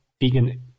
vegan